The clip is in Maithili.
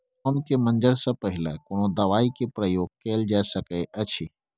आम के मंजर से पहिले कोनो दवाई के प्रयोग कैल जा सकय अछि?